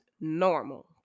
normal